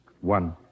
one